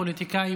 פוליטיקאים,